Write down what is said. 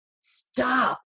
Stop